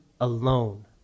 alone